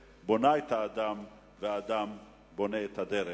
המשפט האחרון: זכרו כי הדרך בונה את האדם והאדם בונה את הדרך.